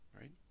right